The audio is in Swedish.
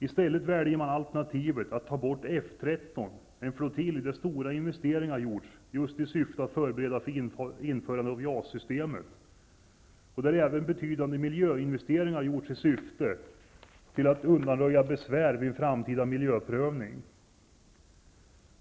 I stället väljer man alternativet att ta bort F 13, en flottilj där stora investeringar har gjorts just i syfte att förbereda för införandet av JAS-systemet och där även betydande miljöinvesteringar har gjorts i syfte att undanröja besvär vid en framtida miljöprövning.